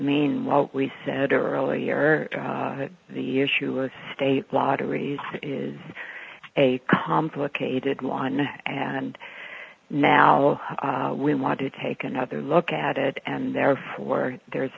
mean what we said earlier that the issue of state lotteries is a complicated one and now we want to take another look at it and therefore there